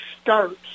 starts